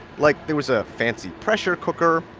like, there was a fancy pressure cooker,